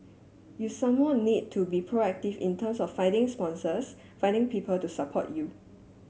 you some more need to be proactive in terms of finding sponsors finding people to support you